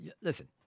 listen